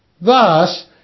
Thus